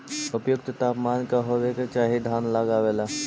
उपयुक्त तापमान का होबे के चाही धान लगावे ला?